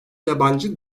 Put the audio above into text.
yabancı